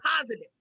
positive